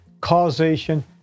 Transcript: causation